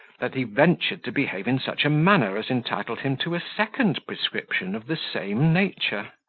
that he ventured to behave in such a manner as entitled him to a second prescription of the same nature.